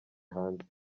hanze